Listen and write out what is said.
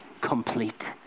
complete